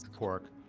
pork.